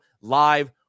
live